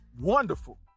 wonderful